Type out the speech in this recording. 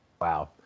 Wow